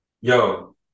yo